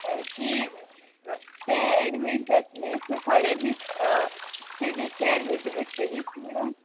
की तें एडमीट जात्लें सो थोडे दीस तेजी कॅर घेवची पडटली म्हणून